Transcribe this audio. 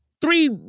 three